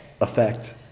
effect